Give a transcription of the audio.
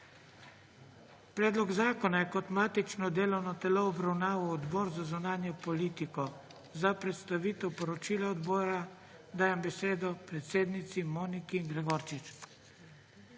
Predlog zakona je kot matično delovno telo obravnaval Odbor za zunanjo politiko. Za predstavitev poročila odbora dajem besedo predsednici Moniki Gregorčič.